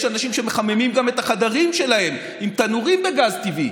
יש גם אנשים שמחממים את החדרים שלהם בתנורים בגז טבעי.